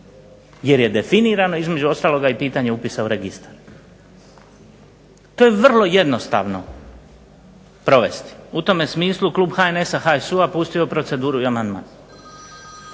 Jer je definirano između ostaloga i pitanje upisa u registar. To je vrlo jednostavno izvesti. U tome smislu je Klub HNS HSU-a pustio u proceduru amandman.